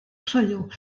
croyw